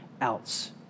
else